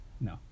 No